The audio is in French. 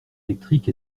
électrique